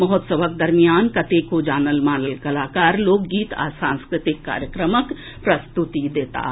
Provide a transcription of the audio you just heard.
महोत्सवक दरिमयान कतेको जानल मानल कालाकार लोकगीत आ सांस्कृतिक कार्यक्रमक प्रस्तुति देताह